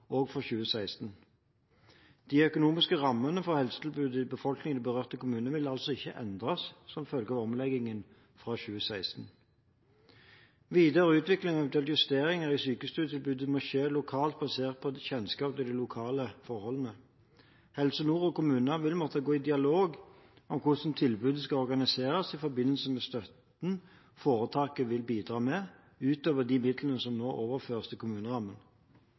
også for 2016. De økonomiske rammene for helsetilbudet til befolkningen i de berørte kommunene vil altså ikke endres som følge av omleggingen fra 2016. Videre utvikling og eventuelle justeringer i sykestuetilbudet må skje lokalt basert på kjennskap til de lokale forholdene. Helse Nord og kommunene vil måtte gå i dialog om hvordan tilbudet skal organiseres i forbindelse med støtten foretaket vil bidra med, utover midlene som nå overføres til kommunerammen.